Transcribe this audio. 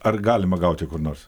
ar galima gauti kur nors